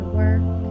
work